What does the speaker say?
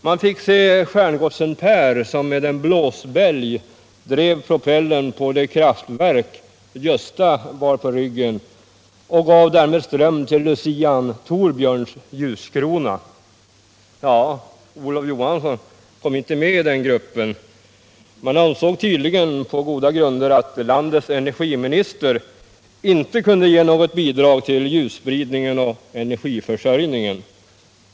Man fick se stjärngossen Per som med en blåsbälg drev propellern på det kraftverk som Gösta bar på ryggen och därmed gav ström till lucian Thorbjörns ljuskrona. — Olof Johansson kom däremot inte med i den gruppen - man ansåg tydligen på goda grunder att landets energiminister inte kunde ge något bidrag till ljusspridningen och energiförsörjningen!